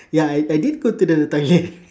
ya I I did go to the toilet